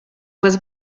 was